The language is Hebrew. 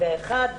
היום,